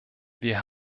wir